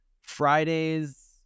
Fridays